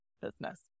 business